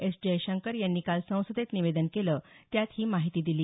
S Jaishankar यांनी काल संसदेत निवेदन केलं त्यात ही माहिती दिली